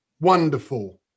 wonderful